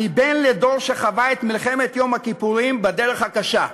אני בן לדור שחווה את מלחמת יום הכיפורים בדרך הקשה.